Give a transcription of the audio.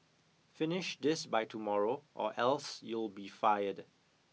finish this by tomorrow or else you'll be fired